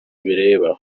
bireba